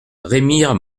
remire